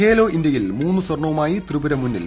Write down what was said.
ഖേലോ ഇന്തൃയിൽ മൂന്നു സ്വർണ്ണവുമായി ത്രിപുര മുന്നിൽ